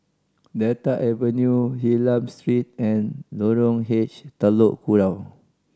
Delta Avenue Hylam Street and Lorong H Telok Kurau